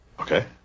okay